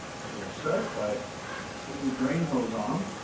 so we'll start by putting the drain hose on.